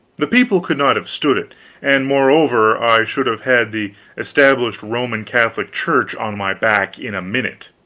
the people could not have stood it and, moreover, i should have had the established roman catholic church on my back in a minute.